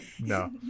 No